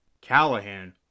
Callahan